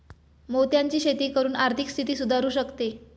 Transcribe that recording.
मोत्यांची शेती करून आर्थिक स्थिती सुधारु शकते